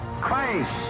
Christ